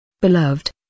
Beloved